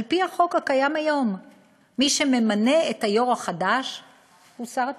על-פי החוק הקיים היום מי שממנה את היו"ר החדש הוא שר התקשורת.